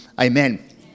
Amen